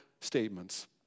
statements